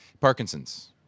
Parkinson's